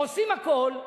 עושים הכול,